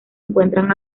encuentran